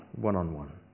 one-on-one